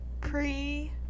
Pre